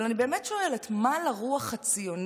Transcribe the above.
אבל אני באמת שואלת: מה לרוח הציונית